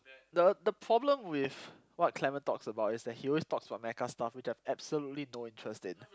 the the problem with what Clement talks about is that he always talks about mecha stuff which I have absolutely no interest in